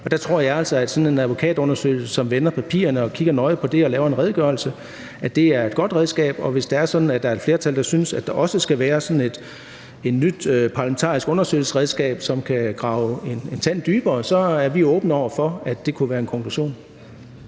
og der tror jeg altså, at sådan en advokatundersøgelse, som vender papirerne, kigger nøje på det og laver en redegørelse, er et godt redskab. Og hvis det er sådan, at der er et flertal, der synes, at der også skal være sådan et nyt parlamentarisk undersøgelsesredskab, som kan grave en tand dybere, så er vi åbne over for, at det kunne være en konklusion.